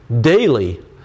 Daily